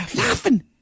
laughing